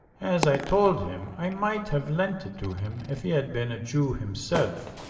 as i told him, i might have lent it to him if he had been a jew himself.